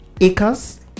acres